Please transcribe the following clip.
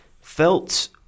felt